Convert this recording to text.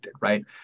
right